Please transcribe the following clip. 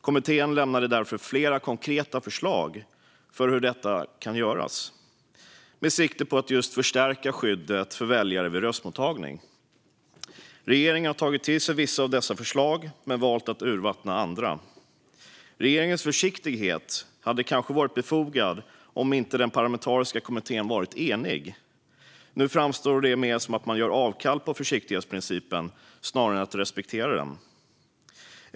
Kommittén lämnade därför flera konkreta förslag till hur detta kan göras, med sikte just på att förstärka skyddet för väljare vid röstmottagning. Regeringen har tagit till sig vissa av dessa förslag men valt att urvattna andra. Regeringens försiktighet hade kanske varit befogad om inte den parlamentariska kommittén varit enig. Nu framstår det som att man gör avkall på försiktighetsprincipen snarare än respekterar den.